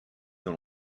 dans